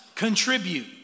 contribute